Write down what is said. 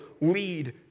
lead